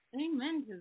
Amen